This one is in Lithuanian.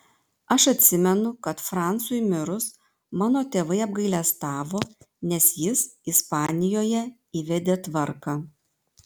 aš atsimenu kad francui mirus mano tėvai apgailestavo nes jis ispanijoje įvedė tvarką